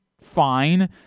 fine